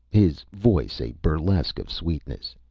his voice a burlesque of sweetness.